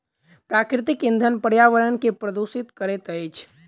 प्राकृतिक इंधन पर्यावरण के प्रदुषित करैत अछि